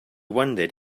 wondered